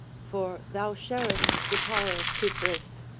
for thou sharest the power of cypris,